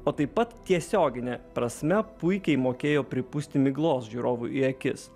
o taip pat tiesiogine prasme puikiai mokėjo pripūsti miglos žiūrovui į akis